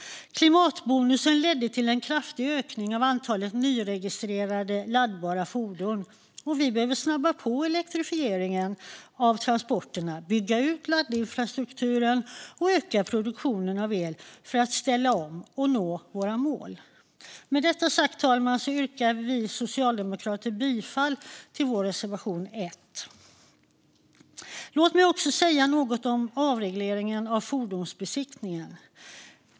Klimatbonusen ledde till en kraftig ökning av antalet nyregistrerade laddbara fordon. Vi behöver snabba på elektrifieringen av transporterna, bygga ut laddinfrastrukturen och öka produktionen av el för att ställa om och nå våra mål. Med detta sagt yrkar jag bifall till Socialdemokraternas reservation 1. Låt mig också säga något om avregleringen av fordonsbesiktningen.